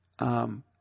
Um